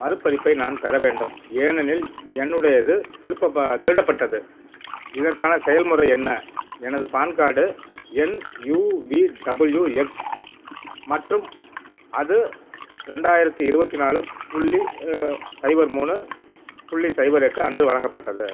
மறுபதிப்பை நான் பெற வேண்டும் ஏனெனில் என்னுடையது திருப்பப்ப திருடப்பட்டது இதற்கான செயல்முறை என்ன எனது பான் கார்டு எண் யுவிடபிள்யூஎக்ஸ் மற்றும் அது ரெண்டாயிரத்தி இருபத்தி நாலு புள்ளி சைபர் மூணு புள்ளி சைபர் எட்டு அன்று வழங்கப்பட்டது